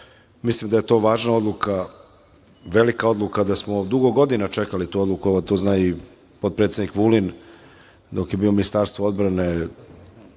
Mislim da je to važna odluka, velika odluka da smo dugo godina čekali ovu odluku, evo to zna i potpredsednik Vulin, dok je bio u Ministarstvu odbrane,